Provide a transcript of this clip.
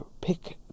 pick